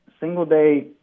single-day